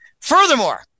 Furthermore